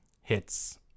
hits